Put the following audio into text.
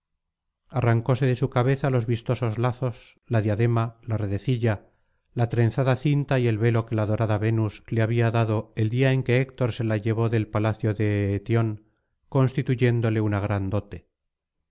arrancóse de su cabeza los vistosos lazos la diadema la redecilla la trenzada cinta y el velo que la dorada venus le habia dado el día en que héctor se la llevó del palacio de eetión constituyéndole una gran dote